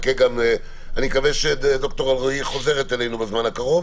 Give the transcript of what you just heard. אני מקווה שד"ר אלרעי תחזור אלינו בזמן הקרוב.